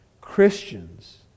Christians